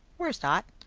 where's dot?